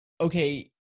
okay